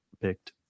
picked